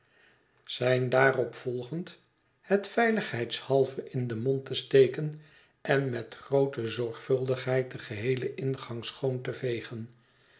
zijn daaropvolgend het veiligheidshalve in den mond te steken en met groote zorgvuldigheid den geheelen ingang schoon te vegen